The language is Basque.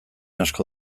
asko